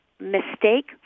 Mistake